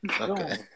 Okay